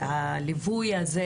והליווי הזה,